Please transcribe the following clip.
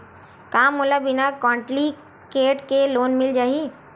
का मोला बिना कौंटलीकेट के लोन मिल जाही?